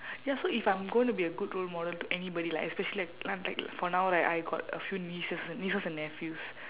ya so if I'm gonna be a good role model to anybody like especially like n~ like for now like I got a few nieces nieces and nephews